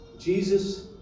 Jesus